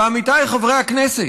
ועמיתיי חברי הכנסת,